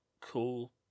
cool